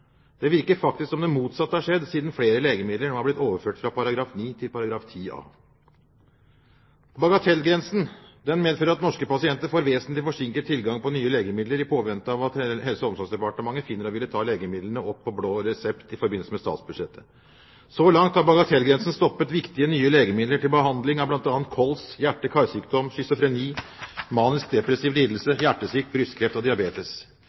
Det virker faktisk som om det motsatte har skjedd, siden flere legemidler nå har blitt overført fra § 9 til § 10a. Bagatellgrensen medfører at norske pasienter får vesentlig forsinket tilgang til nye legemidler i påvente av at Helse- og omsorgsdepartementet finner å ville ta legemidlene opp på blå resept i forbindelse med statsbudsjettet. Så langt har bagatellgrensen stoppet viktige nye legemidler til behandling av bl.a. kols, hjerte- og karsykdom, schizofreni, manisk depressiv lidelse, hjertesvikt, brystkreft og diabetes.